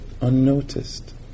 unnoticed